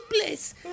place